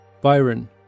Byron